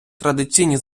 традиційні